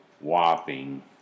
whopping